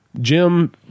Jim